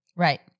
Right